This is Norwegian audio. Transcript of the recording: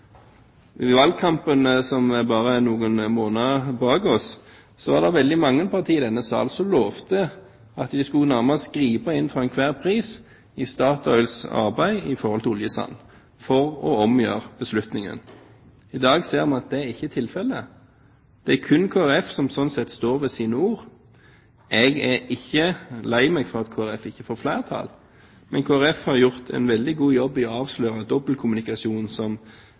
valgkampen, som bare er noen måneder bak oss, var det veldig mange partier i denne sal som lovte at de nærmest skulle gripe inn for enhver pris i Statoils arbeid når det gjaldt oljesand, for å omgjøre beslutningen. I dag ser vi at det ikke er tilfellet. Det er kun Kristelig Folkeparti som sånn sett står ved sine ord. Jeg er ikke lei meg for at Kristelig Folkeparti ikke får flertall, men Kristelig Folkeparti har gjort en veldig god jobb i å avsløre